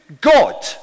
God